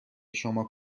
شما